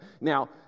Now